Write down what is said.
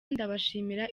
ndabashimira